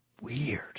weird